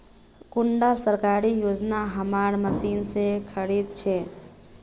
कुंडा सरकारी योजना हमार मशीन से खरीद छै?